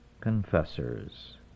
confessors